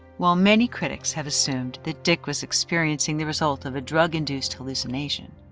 while many critics have assumed that dick was experiencing the result of a drug-induced hallucination,